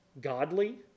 godly